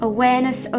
Awareness